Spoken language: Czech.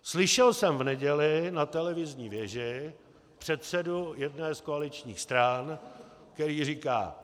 Slyšel jsem v neděli na televizní věži předsedu jedné z koaličních stran, který říká: